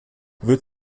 wird